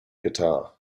guitar